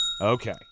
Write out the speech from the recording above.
okay